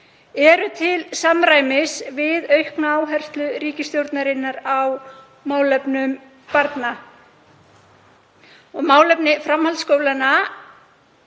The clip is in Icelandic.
eru til samræmis við aukna áherslu ríkisstjórnarinnar á málefnum barna. Málefni framhaldsskólanna